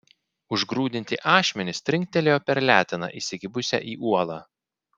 užgrūdinti ašmenys trinktelėjo per leteną įsikibusią į uolą